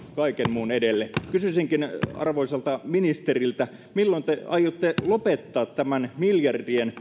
kaiken muun edelle kysyisinkin arvoisalta ministeriltä milloin te aiotte lopettaa miljardien